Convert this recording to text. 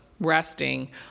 resting